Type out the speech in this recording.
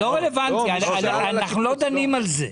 הוא לא רלוונטי; אנחנו לא דנים על זה.